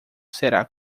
será